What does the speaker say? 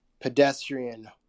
Pedestrian